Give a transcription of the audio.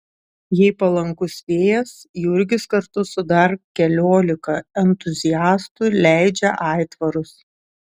jei palankus vėjas jurgis kartu su dar keliolika entuziastų leidžia aitvarus